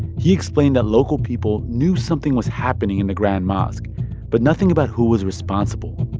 he explained that local people knew something was happening in the grand mosque but nothing about who was responsible.